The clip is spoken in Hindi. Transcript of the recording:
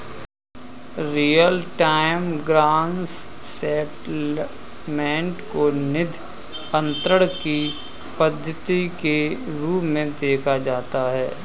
रीयल टाइम ग्रॉस सेटलमेंट को निधि अंतरण की पद्धति के रूप में देखा जाता है